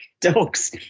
dogs